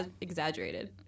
exaggerated